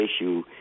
issue